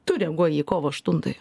tu reaguoji į kovo aštutąją